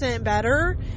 better